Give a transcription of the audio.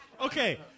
Okay